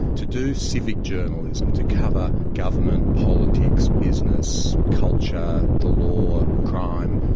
to do civic journalism, to cover government, politics, business, culture, the law, crime,